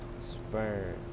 sperm